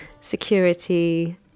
security